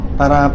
para